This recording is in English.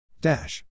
Dash